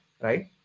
right